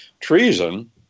treason